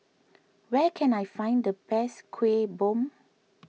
where can I find the best Kueh Bom